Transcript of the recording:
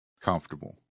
comfortable